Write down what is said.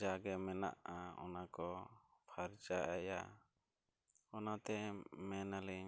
ᱡᱟᱜᱮ ᱢᱮᱱᱟᱜᱼᱟ ᱚᱱᱟ ᱠᱚ ᱯᱷᱟᱨᱪᱟᱭᱟ ᱚᱱᱟᱛᱮ ᱢᱮᱱ ᱟᱹᱞᱤᱧ